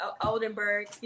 Oldenburg